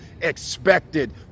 expected